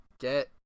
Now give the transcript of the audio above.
get